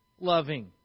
loving